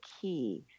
key